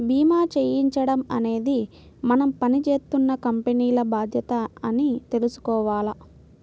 భీమా చేయించడం అనేది మనం పని జేత్తున్న కంపెనీల బాధ్యత అని తెలుసుకోవాల